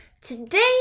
Today